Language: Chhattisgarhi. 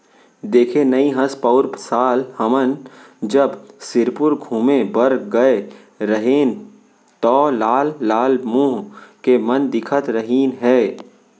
देखे नइ हस पउर साल हमन जब सिरपुर घूमें बर गए रहेन तौ लाल लाल मुंह के मन दिखत रहिन हे